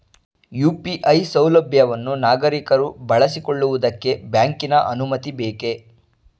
UPI ಸೌಲಭ್ಯವನ್ನು ನಾಗರಿಕರು ಬಳಸಿಕೊಳ್ಳುವುದಕ್ಕೆ ಬ್ಯಾಂಕಿನ ಅನುಮತಿ ಬೇಕೇ?